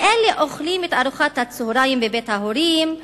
ואלה אוכלים את ארוחת הצהריים בבית ההורים,